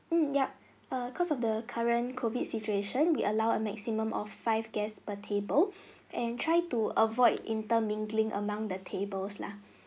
mm yup err cause of the current COVID situation we allow a maximum of five guests per table and try to avoid intermingling among the tables lah